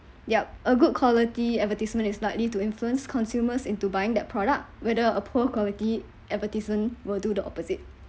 yup a good quality advertisement is likely to influence consumers into buying their product whether a poor quality advertisement will do the opposite